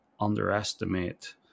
underestimate